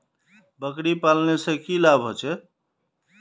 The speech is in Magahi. बकरी पालने से की की लाभ होचे?